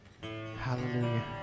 Hallelujah